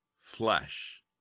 flesh